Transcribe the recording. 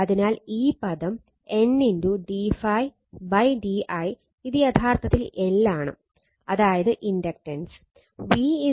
അതിനാൽ ഈ പദം N d ∅ d i ഇത് യഥാർത്ഥത്തിൽ L ആണ് അതായത് ഇൻഡക്റ്റൻസ്